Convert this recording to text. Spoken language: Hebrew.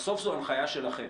בסוף זו הנחיה שלכם.